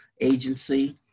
agency